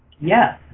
Yes